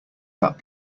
that